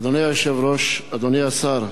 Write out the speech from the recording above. אדוני היושב-ראש, אדוני השר,